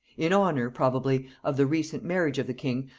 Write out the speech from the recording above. in honor, probably, of the recent marriage of the king,